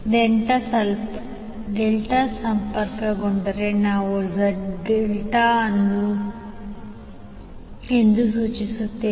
delta ಸಂಪರ್ಕಗೊಂಡರೆ ನಾವು Z∆ಎಂದು ಸೂಚಿಸುತ್ತೇವೆ